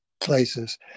places